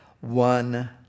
One